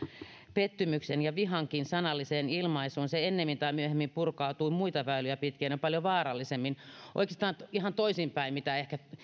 pettymyksen ja vihankin sanalliseen ilmaisuun se ennemmin tai myöhemmin purkautuu muita väyliä pitkin ja paljon vaarallisemmin oikeastaan ihan toisinpäin mitä ehkä